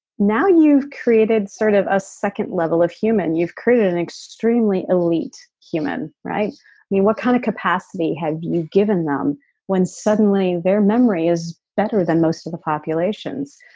now you've created sort of a second level of human. you've created an extremely elite human right? i mean what kind of capacity have you given them when suddenly their memory is better than most of the populations.